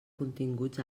continguts